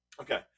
Okay